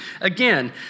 Again